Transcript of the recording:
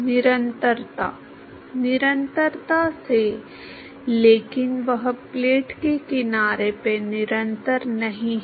निरंतरता से लेकिन वह प्लेट के किनारे पर निरंतर नहीं है